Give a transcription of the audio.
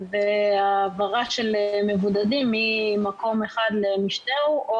וההעברה של מבודדים ממקום אחד למשנהו או